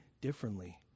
differently